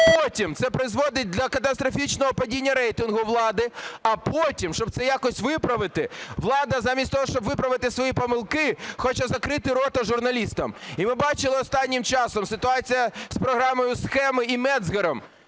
потім це призводить до катастрофічного падіння рейтингу влади. А потім, щоб це якось виправити, влада замість того, щоб виправити свої помилки, хоче закрити рота журналістам. І ви бачили, останнім часом ситуація з програмою "Схеми" і Мецгером,